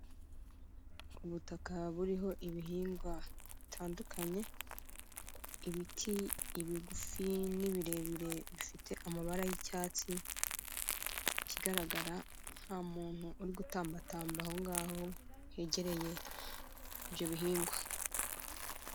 Ubutaka buriho ibihingwa bitandukanye, ibiti ibigufi n'ibirebire bifite amabara y'icyatsi, ikigaragara nta muntu uri gutambatamba aho ngaho hegereye ibyo bihingwa.